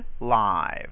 live